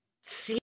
see